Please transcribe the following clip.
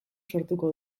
sortuko